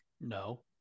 No